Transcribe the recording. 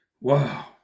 Wow